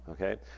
okay